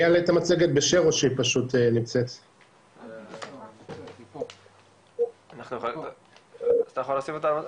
לאורך שנים רבות גם משרד הבריאות וגם גורמים נוספים,